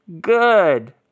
good